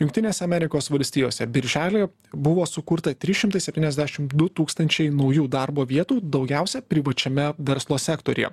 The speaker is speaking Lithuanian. jungtinėse amerikos valstijose birželį buvo sukurta trys šimtai septyniasdešim du tūkstančiai naujų darbo vietų daugiausia privačiame verslo sektoriuje